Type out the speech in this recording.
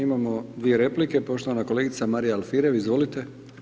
Imamo dvije replike, poštovana kolegica Marija Alfirev, izvolite.